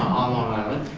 on long island.